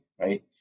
right